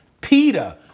Peter